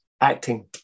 acting